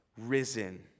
Risen